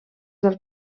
dels